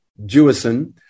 Jewison